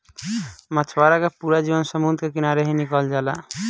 मछवारा के पूरा जीवन समुंद्र के किनारे ही निकल जाला